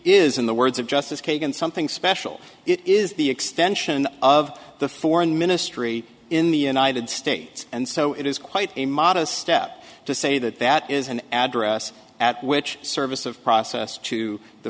in the words of justice kagan something special it is the extension of the foreign ministry in the united states and so it is quite a modest step to say that that is an address at which service of process to the